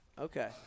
Okay